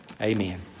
Amen